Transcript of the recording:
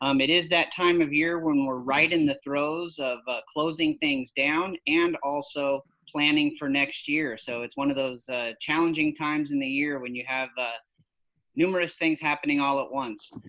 um it is that time of year when we're right in the throes of closing things down and also planning for next year. so it's one of those challenging times in the year when you have ah numerous things happening all at once.